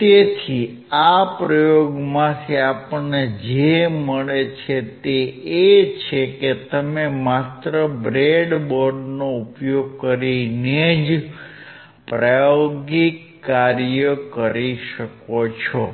તેથી આ પ્રયોગમાંથી આપણને જે મળે છે તે એ છે કે તમે માત્ર બ્રેડબોર્ડનો ઉપયોગ કરીને જ પ્રાયોગિક કાર્ય કરી શકો છો